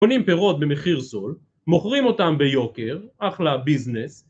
‫קונים פירות במחיר זול, ‫מוכרים אותן ביוקר, אחלה ביזנס.